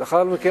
ולאחר מכן,